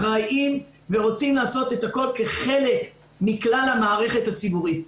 אחראיים ורוצים לעשות את הכול כחלק מכלל המערכת הציבורית.